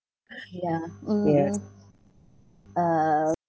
ya mmhmm uh